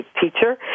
teacher